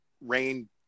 Rain